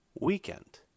weekend